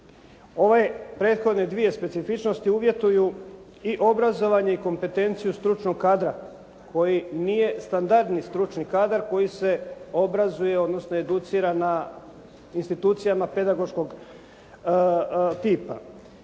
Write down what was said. Ove prethodne dvije specifičnosti uvjetuju i obrazovanje i kompetenciju stručnog kadra koji nije standardni stručni kadar koji se obrazuje, odnosno educira na institucijama pedagoškog tipa.